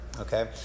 Okay